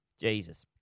Jesus